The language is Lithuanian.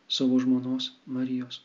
savo žmonos marijos